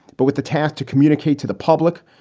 but with the task to communicate to the public.